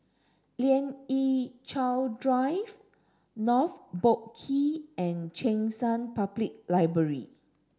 Lien Ying Chow Drive North Boat Quay and Cheng San Public Library